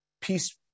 peace